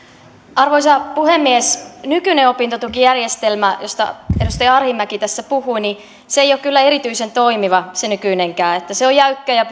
arvoisa puhemies nykyinen opintotukijärjestelmä josta edustaja arhinmäki tässä puhui ei ole kyllä erityisen toimiva se nykyinenkään se on jäykkä ja